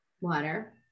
Water